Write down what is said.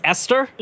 Esther